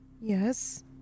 Yes